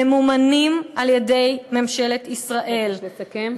ממומנים על-ידי ממשלת ישראל, אני מבקשת לסכם.